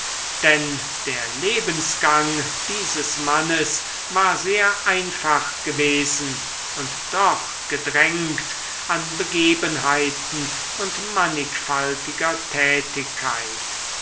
denn der lebensgang dieses mannes war sehr einfach gewesen und doch gedrängt an begebenheiten und mannigfaltiger tätigkeit